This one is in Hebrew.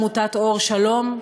עמותת "אור שלום",